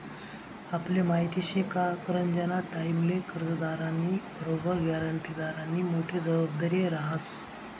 आपले माहिती शे का करजंना टाईमले कर्जदारनी बरोबर ग्यारंटीदारनी मोठी जबाबदारी रहास